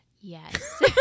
Yes